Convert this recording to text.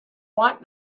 want